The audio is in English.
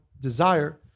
desire